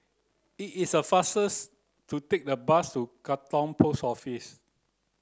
it is a faster's to take the bus to Katong Post Office